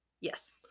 Yes